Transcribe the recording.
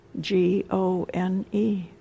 G-O-N-E